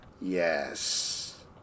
Yes